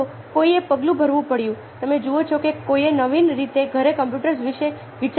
તો કોઈએ પગલું ભરવું પડ્યું તમે જુઓ છો કે કોઈએ નવીન રીતે ઘરે કમ્પ્યુટર્સ વિશે વિચાર્યું